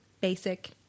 basic